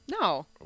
No